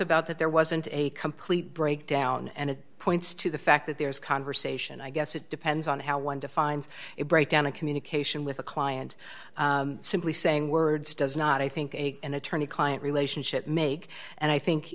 about that there wasn't a complete breakdown and it points to the fact that there is conversation i guess it depends on how one defines a breakdown of communication with a client simply saying words does not i think an attorney client relationship make and i think